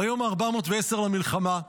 ביום ה-410 למלחמה,